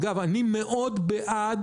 אגב, אני מאוד בעד